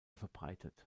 verbreitet